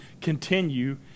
continue